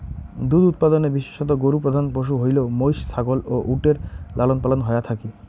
দুধ উৎপাদনে বিশেষতঃ গরু প্রধান পশু হইলেও মৈষ, ছাগল ও উটের লালনপালন হয়া থাকি